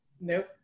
Nope